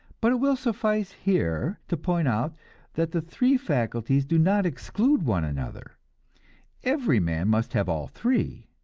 but it will suffice here to point out that the three faculties do not exclude one another every man must have all three,